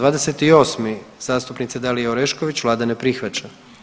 28. zastupnica Dalije Oreškić, Vlada ne prihvaća.